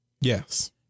yes